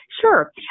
Sure